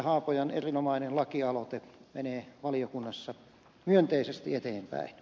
haapojan erinomainen lakialoite menee valiokunnassa myönteisesti eteenpäin